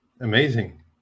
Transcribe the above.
Amazing